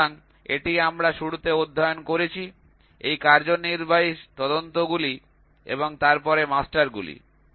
সুতরাং এটি আমরা শুরুতে অধ্যয়ন করেছি এই কার্যনির্বাহী তদন্তগুলি এবং তারপরে মাস্টার গুলি